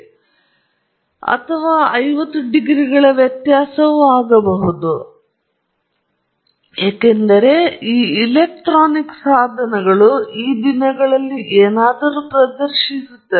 ನೀವು ಏನನ್ನಾದರೂ ಅಳೆಯಲು ಪ್ರಯತ್ನಿಸುತ್ತಿರುವ ಯಾವುದೇ ಪ್ರಯೋಗ ನೀವು ಅದನ್ನು ಅಳೆಯುವ ವಿಧಾನವನ್ನು ನೀವು ನಿಜವಾಗಿಯೂ ಅದರ ಬಗ್ಗೆ ಯೋಚಿಸಬೇಕಾದರೆ ಆ ಸಲಕರಣೆ ಹೇಗೆ ಆ ಮಾಪನ ಮಾಡುವುದು ಮತ್ತು ಅದನ್ನು ಪ್ರದರ್ಶಿಸುತ್ತಿದೆ ಎಂಬುದನ್ನು ನೀವೇ ತೃಪ್ತಿಪಡಿಸಬೇಕು ಎಂಬುದನ್ನು ಪರೀಕ್ಷಿಸಬೇಕು ಏಕೆಂದರೆ ಈ ಎಲೆಕ್ಟ್ರಾನಿಕ್ ಸಾಧನಗಳು ಈ ದಿನಗಳಲ್ಲಿ ಏನಾದರೂ ಪ್ರದರ್ಶಿಸುತ್ತವೆ